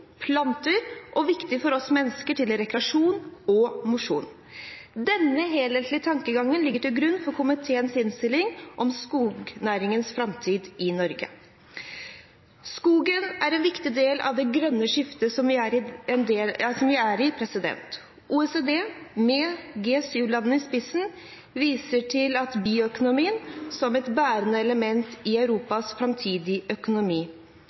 planter og viktig for oss mennesker til rekreasjon og mosjon. Denne helhetlige tankegangen ligger til grunn for komiteens innstilling om skognæringens framtid i Norge. Skogen er en viktig del av det grønne skiftet som vi er i. OECD, med G7-landene i spissen, viser til bioøkonomien som et bærende element i Europas framtidige økonomi.